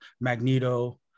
magneto